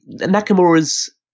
Nakamura's